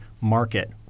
market